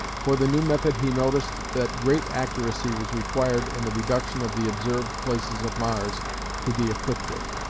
for the new method he noticed that great accuracy was required in the reduction of the observed places of mars to the ecliptic,